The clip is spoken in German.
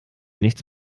nichts